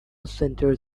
centres